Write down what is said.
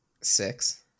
Six